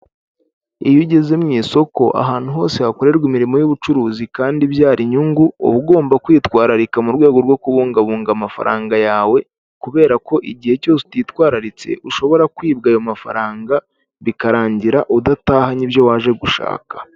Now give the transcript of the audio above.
Iyo ugeze mu isoko ahantu hose hakorerwa imirimo y'ubucuruzi kandi ibyara inyungu uba ugomba kwitwararika mu rwego rwo kubungabunga amafaranga yawe, kubera ko igihe cyose utitwararitse ushobora kwibwa ayo mafaranga bikarangira udatahanye ibyo waje gushaka.